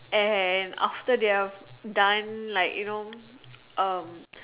and after they're done like you know um